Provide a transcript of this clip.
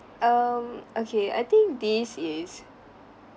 um okay I think this is